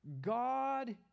God